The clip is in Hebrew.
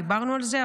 דיברנו על זה,